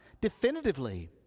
definitively